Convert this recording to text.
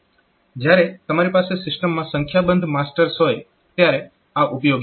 જ્યારે તમારી પાસે સિસ્ટમમાં સંખ્યાબંધ માસ્ટર્સ હોય ત્યારે આ ઉપયોગી છે